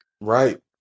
right